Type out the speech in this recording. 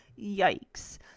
Yikes